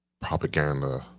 propaganda